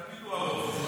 תמיד הוא הרוב.